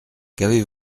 qu’avez